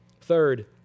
Third